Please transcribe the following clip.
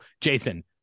Jason